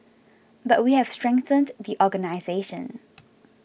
but we have strengthened the organisation